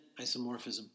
isomorphism